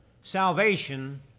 Salvation